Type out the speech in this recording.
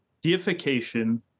Deification